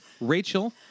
Rachel